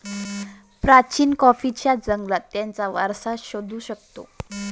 प्राचीन कॉफीच्या जंगलात त्याचा वारसा शोधू शकतो